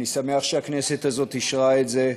אני שמח שהכנסת הזאת אישרה את זה.